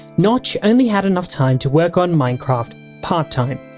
notch only had enough time to work on minecraft part time.